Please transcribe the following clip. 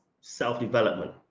self-development